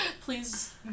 Please